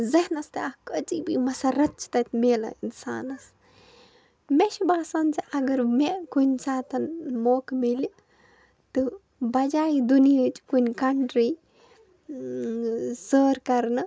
زہنس تہِ اَکھ عجیبٕے مسرت چھِ تَتہِ مِلان اِنسانس مےٚ چھِ باسان زِ اگر مےٚ کُنہِ ساتن موقعہٕ میٚلہِ تہٕ بَجایہِ دُنیِہٕچ کُنہِ کنٹری سٲر کَرنہٕ